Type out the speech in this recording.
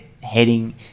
heading